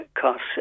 costs